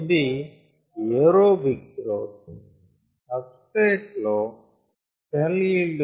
ఇది aerobic growth substrate లో cell yield quotient 0